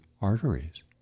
arteries